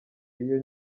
iyo